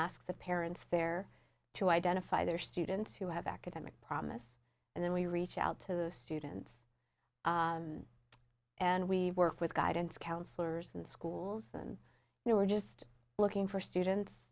ask the parents fair to identify their students who have academic promise and then we reach out to students and we work with guidance counselors and schools and they were just looking for students